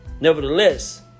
nevertheless